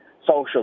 social